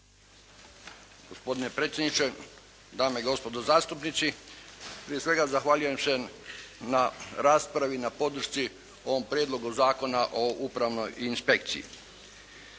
Gospodine predsjedniče, dame i gospodo zastupnici. Prije svega zahvaljujem se na raspravi, na podršci ovom Prijedlogu zakona o upravnoj inspekciji.